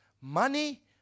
money